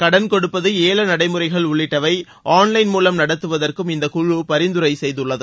கடன் கொடுப்பது ஏல நடைமுறைகள் உள்ளிட்டவை ஆன் லைன் மூலம் நடத்துவதற்கும் இந்த குழு பரிந்துரை செய்துள்ளது